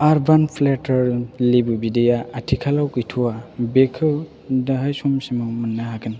आर्बान प्लेटार लेबु बिदैआ आथिखालाव गैथ'आ बेखौ दाहाय समसिमाव मोन्नो हागोन